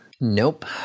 Nope